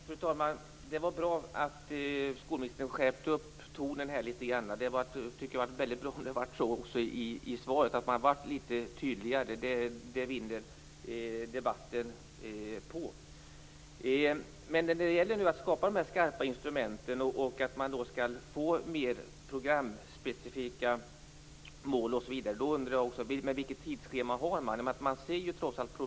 Fru talman! Det var bra att skolministern skärpte upp tonen litet här. Jag tycker att det hade varit bra om det hade varit så i svaret också och att det hade varit litet tydligare. Det vinner debatten på. Nu gäller det att skapa de här skarpa instrumenten och att vi får mer programspecifika mål. Då undrar jag vilket tidsschema man har. Problemen finns ju trots allt.